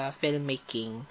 filmmaking